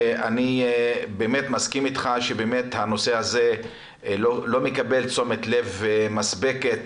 אני מסכים איתך שהנושא הזה לא מקבל תשומת לב מספקת